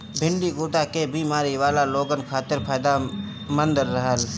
भिन्डी गुर्दा के बेमारी वाला लोगन खातिर फायदमंद रहेला